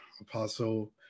Apostle